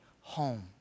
home